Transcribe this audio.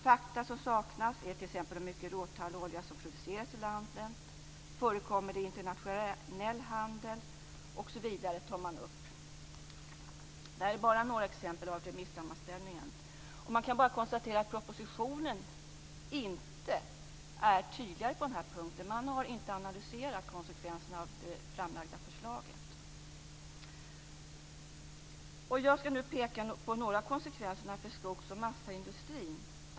Fakta som saknas är t.ex. hur mycket råtallolja som produceras i landet, om det förekommer internationell handel osv. Det här är bara några exempel ur remissammanställningen. Man kan bara konstatera att propositionen inte är tydligare på den här punkten. Man har inte analyserat konsekvenserna av det framlagda förslaget. Jag skall nu peka på några av konsekvenserna för skogs och massaindustrin.